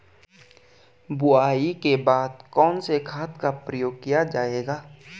बुआई के बाद कौन से खाद का प्रयोग किया जायेगा?